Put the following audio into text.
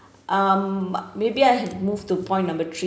um maybe I move to point number three